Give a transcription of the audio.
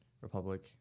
Republic